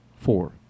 Four